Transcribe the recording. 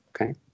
okay